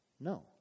No